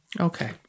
Okay